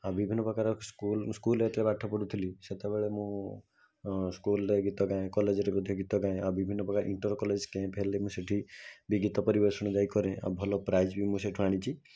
ଆଉ ବିଭିନ୍ନ ପ୍ରକାରର ସ୍କୁଲ୍ ମୁଁ ସ୍କୁଲ୍ରେ ଯେତେବେଳେ ପାଠ ପଢ଼ୁଥିଲି ସେତେବେଳେ ମୁଁ ସ୍କୁଲ୍ରେ ଗୀତ ଗାଏ କଲେଜରେ ମଧ୍ୟ ଗୀତ ଗାଏ ଆଉ ବିଭିନ୍ନ ପ୍ରକାର ଇଣ୍ଟର କଲେଜ୍ କ୍ୟାମ୍ପ ହେଲେ ମୁଁ ସେଇଠି ବି ଗୀତ ପରିବେଷଣ ଯାଇ କରେ ଆଉ ଭଲ ପ୍ରାଇଜ୍ ବି ମୁଁ ସେଇଠୁ ଆଣିଛି